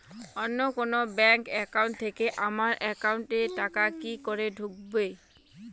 অন্য কোনো bank account থেকে আমার একাউন্ট এ টাকা কি করে ঢুকবে?